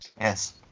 Yes